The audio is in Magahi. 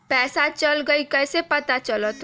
पैसा चल गयी कैसे पता चलत?